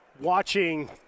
watching